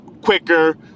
quicker